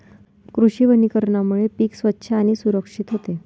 कृषी वनीकरणामुळे पीक स्वच्छ आणि सुरक्षित होते